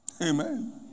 Amen